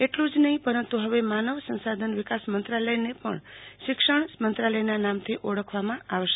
એટલું જ નહીં પરંતુ હવે માનવ સંશાધન વિકાસ મંત્રાલયને પણ શિક્ષણ મંત્રાલયના નામથી ઓળખવામાં આવશે